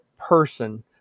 person